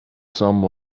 some